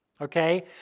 okay